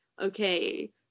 okay